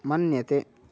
मन्यते